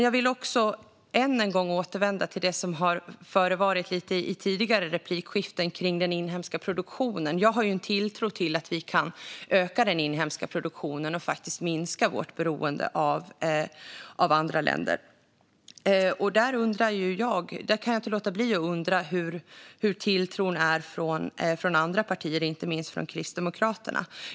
Jag vill dock än en gång återvända till det som har tagits upp lite i tidigare replikskiften, nämligen den inhemska produktionen. Jag har en tilltro till att vi kan öka den inhemska produktionen och faktiskt minska vårt beroende av andra länder, och jag kan inte låta bli att undra hur tilltron är från andra partiers sida - inte minst Kristdemokraternas.